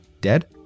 Dead